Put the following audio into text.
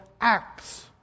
acts